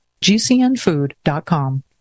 GCNfood.com